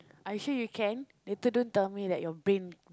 actually you can later don't tell me that your brain